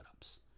setups